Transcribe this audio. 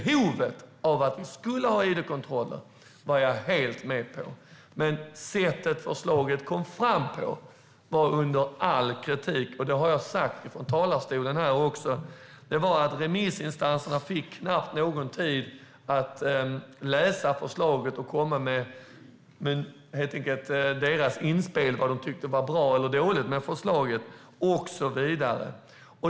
Att vi behövde ha id-kontroller var jag helt med på, men sättet förslaget kom fram på var under all kritik. Det har jag också sagt i talarstolen. Remissinstanserna fick knappt någon tid att läsa förslaget eller komma med sina inspel om vad de tyckte var bra och dåligt med förslaget och så vidare.